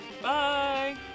Bye